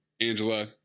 Angela